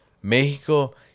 México